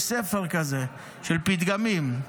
יש ספר כזה של פתגמים.